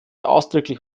ausdrücklich